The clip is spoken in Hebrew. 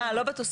אה, לא בתוספת.